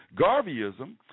Garveyism